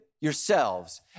yourselves